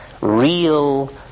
real